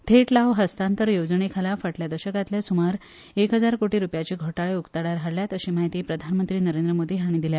थेट लाव हस्तांतरण येवजणेखाला फाटल्या दशकातले सूमार एव हजार कोटी रूपयांचे घोटाळे उक्ताडार हाडल्यात अशी म्हायती प्रधानमंत्री नरेंद्र मोदी हाणी दिल्या